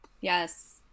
Yes